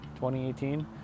2018